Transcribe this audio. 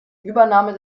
übernahme